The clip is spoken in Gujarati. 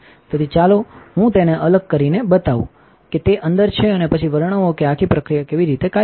તેથી ચાલો હું તેને અલગ કરીને બતાવું કે તે અંદર છે અને પછી વર્ણવો કે આખી પ્રક્રિયા કેવી રીતે કાર્ય કરે છે